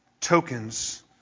Tokens